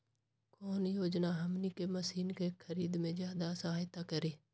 कौन योजना हमनी के मशीन के खरीद में ज्यादा सहायता करी?